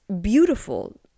beautiful